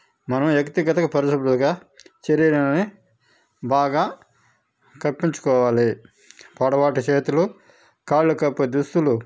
మనం వ్యక్తిగతంగా పరిశుభ్రంగా శరీరాలని బాగా కప్పి ఉంచుకోవాలి పొడవాటి చేతులు కాళ్ళు కప్పే దుస్తులు